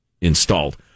installed